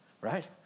right